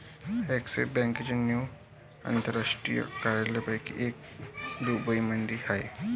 axis बँकेच्या नऊ आंतरराष्ट्रीय कार्यालयांपैकी एक दुबईमध्ये आहे